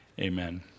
Amen